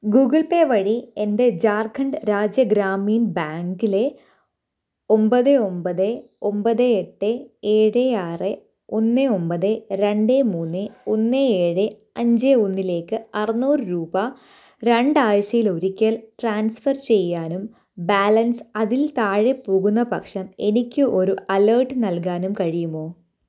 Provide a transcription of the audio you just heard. Google Pay വഴി എൻ്റെ ജാർഖണ്ഡ് രാജ്യ ഗ്രാമീൺ ബാങ്കിലെ ഒമ്പത് ഒമ്പത് ഒമ്പത് എട്ട് ഏഴ് ആറ് ഒന്ന് ഒമ്പത് രണ്ട് മൂന്ന് ഒന്ന് ഏഴ് അഞ്ച് ഒന്നിലേക്ക് അറുന്നൂറ് രൂപ രണ്ടാഴ്ചയിലൊരിക്കല് ട്രാൻസ്ഫർ ചെയ്യാനും ബാലൻസ് അതിൽ താഴെ പോകുന്നപക്ഷം എനിക്ക് ഒരു അലേർട്ട് നൽകാനും കഴിയുമോ